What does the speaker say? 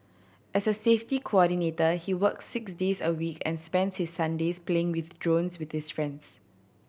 as a safety coordinator he works six days a week and spends his Sundays playing with drones with his friends